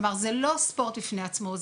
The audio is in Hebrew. כלומר זה לא ספורט בפני עצמו.